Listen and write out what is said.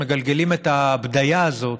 מגלגלים את הבדיה הזאת,